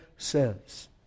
says